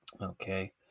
okay